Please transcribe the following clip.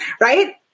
Right